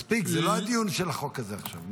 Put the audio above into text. מספיק, זה לא הדיון בחוק הזה עכשיו.